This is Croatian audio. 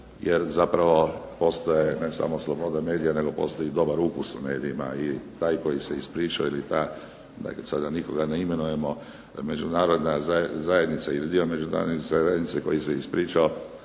jer zapravo postoje samo sloboda medija, nego postoji i dobar ukus u medijima, dakle taj koji se ispričao ili ta, dakle sada nikoga ne imenujemo, da Međunarodna zajednica ili dio Međunarodne zajednice koji se ispričao